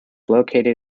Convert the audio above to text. located